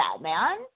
man